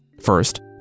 First